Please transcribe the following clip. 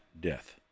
death